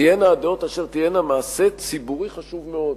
תהיינה הדעות אשר תהיינה, מעשה ציבורי חשוב מאוד: